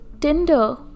Tinder